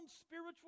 spiritual